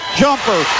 jumper